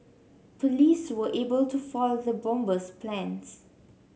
police were able to foil the bomber's plans